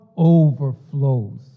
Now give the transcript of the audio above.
overflows